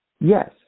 Yes